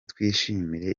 twishimire